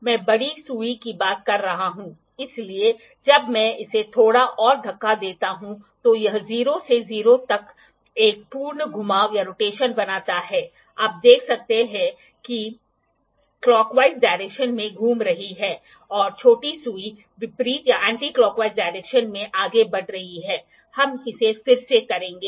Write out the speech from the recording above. फिर हम एक यूनीवरसल बेवल प्रोट्रैक्टर देखेंगे फिर sine bar sine centre incline का माप स्पिरिट लेवल जो आमतौर पर उपयोग किया जाता है क्लिनोमीटर और अंत में ऑटोकॉलिमेटर हम इसका उपयोग करेंगे